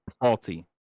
Faulty